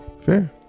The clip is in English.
fair